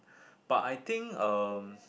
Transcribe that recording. but I think um